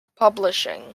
publishing